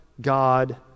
God